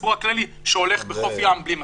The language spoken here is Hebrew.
מהציבור הכללי, שהולך בחוף הים בלי מסכה.